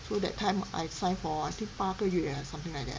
so that time I sign for I think 八个月 or something like that